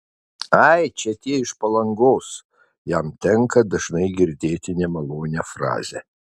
ai čia tie iš palangos jam tenka dažnai girdėti nemalonią frazę